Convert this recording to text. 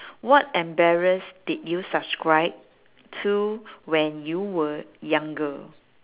what embarrass did you subscribe to when you were younger